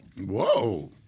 Whoa